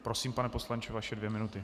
Prosím, pane poslanče, vaše dvě minuty.